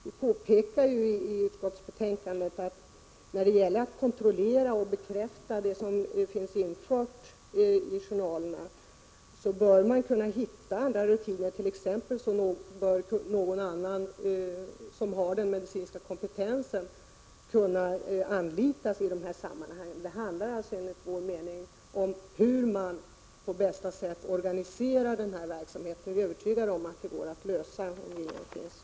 Vi påpekar ju i utskottsbetänkandet att man bör kunna hitta andra rutiner för att kontrollera och bekräfta det som finns infört i journalerna. T.ex. bör någon som inte är läkare men som har den medicinska kompetensen kunna anlitas i dessa sammanhang. Det handlar enligt vår mening om hur man på bästa sätt organiserar verksamheten. Vi är övertygade om att problemen går att lösa, om viljan finns.